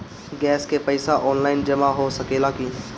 Gas के पइसा online जमा हो सकेला की?